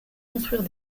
construire